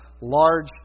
large